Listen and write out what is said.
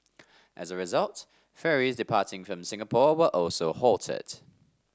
as a result ferries departing from Singapore were also halted